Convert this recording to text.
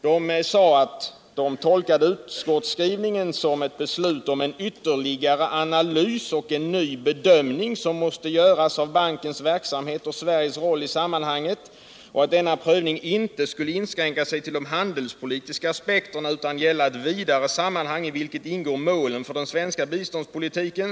De sade att de tolkade utskottsskrivningen om ct beslut, som en ytterligare analys och en ny bedömning, som måste göras av bankens verksamhet och Sveriges roll i sammanhanget, och att denna prövning inte skulle inskränka sig till de handelspolitiska aspekterna, utan gälla eu vidare sammanhang, i vilket ingår målen för den svenska biståndspolitiken.